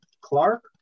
Clark